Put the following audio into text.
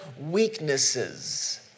weaknesses